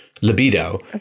libido